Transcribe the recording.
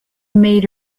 made